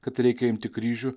kad reikia imti kryžių